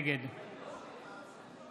נגד